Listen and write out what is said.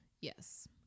Yes